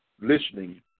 listening